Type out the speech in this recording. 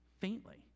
faintly